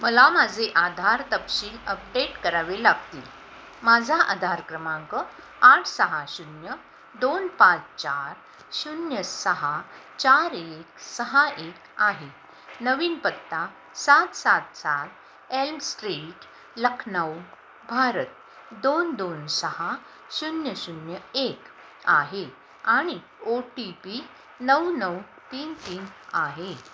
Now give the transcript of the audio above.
मला माझे आधार तपशील अपडेट करावे लागतील माझा आधार क्रमांक आठ सहा शून्य दोन पाच चार शून्य सहा चार एक सहा एक आहे नवीन पत्ता सात सात सात एल्म स्ट्रीट लखनऊ भारत दोन दोन सहा शून्य शून्य एक आहे आणि ओ टी पी नऊ नऊ तीन तीन आहे